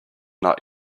not